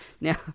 Now